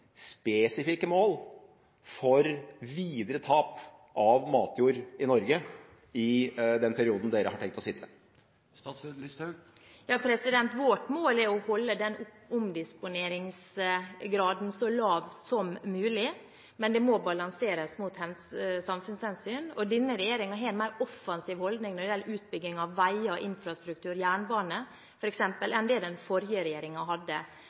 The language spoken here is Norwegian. spesifikke mål for videre tap av matjord i Norge i den perioden den har tenkt å sitte? Vårt mål er å holde omdisponeringsgraden så lav som mulig, men det må balanseres mot samfunnshensyn. Og denne regjeringen har en mer offensiv holdning når det gjelder utbygging av veier, infrastruktur og jernbane, f.eks., enn det den forrige regjeringen hadde.